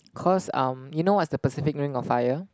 cause um you know what's the Pacific Ring of Fire